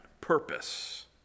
purpose